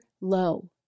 low